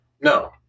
No